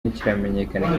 ntikiramenyekana